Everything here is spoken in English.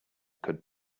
could